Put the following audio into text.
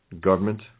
Government